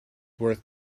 worth